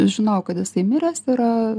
žinojau kad jisai miręs yra